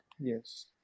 Yes